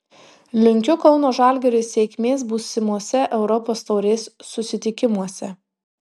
linkiu kauno žalgiriui sėkmės būsimose europos taurės susitikimuose